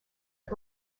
and